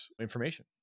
information